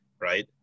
right